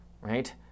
right